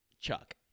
Chuck